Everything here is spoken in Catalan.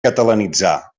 catalanitzar